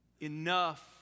enough